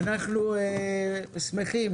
אנחנו שמחים,